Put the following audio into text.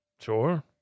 Sure